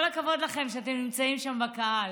כל הכבוד לכם, שאתם נמצאים שם בקהל.